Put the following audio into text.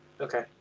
Okay